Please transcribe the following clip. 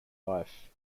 life